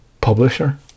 publisher